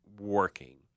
working